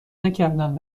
نکردم